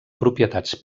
propietats